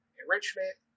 enrichment